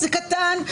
זה קטן,